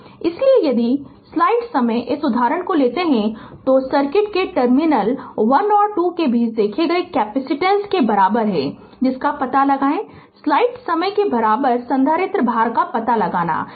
इसलिए यदि स्लाइड समय इस उदाहरण को लेता है तो सर्किट के टर्मिनल 1 और 2 के बीच देखे गए कैपिसिटेन्स के बराबर है जिसका पता लगाएं स्लाइड समय के बराबर संधारित्र भार का पता लगाना है